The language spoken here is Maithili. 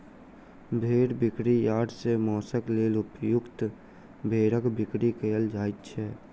भेंड़ बिक्री यार्ड सॅ मौंसक लेल उपयुक्त भेंड़क बिक्री कयल जाइत छै